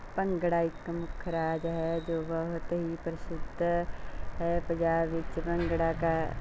ਭੰਗੜਾ ਇੱਕ ਮੁੱਖ ਰਾਜ ਹੈ ਜੋ ਬਹੁਤ ਹੀ ਪ੍ਰਸਿੱਧ ਹੈ ਪੰਜਾਬ ਵਿੱਚ ਭੰਗੜਾ ਕਾ